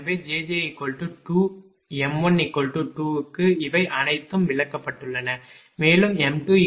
எனவே jj2m12 க்கு இவை அனைத்தும் விளக்கப்பட்டுள்ளன மேலும் m23